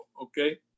okay